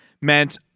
meant